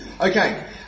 Okay